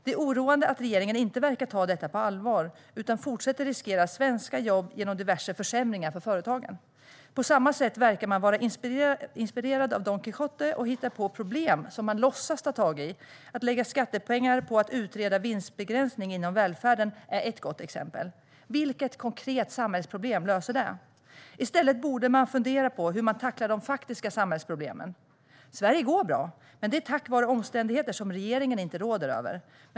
Det är oroande att regeringen inte verkar ta detta på allvar utan fortsätter riskera svenska jobb genom diverse försämringar för företagen. På samma sätt verkar man vara inspirerad av Don Quijote och hittar på problem som man låtsas ta tag i. Att lägga skattepengar på att utreda vinstbegränsning inom välfärden är ett gott exempel. Vilket konkret samhällsproblem löser det? I stället borde man fundera på hur de faktiska samhällsproblemen ska tacklas. Sverige går bra, men det är tack vare omständigheter som regeringen inte råder över.